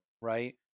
right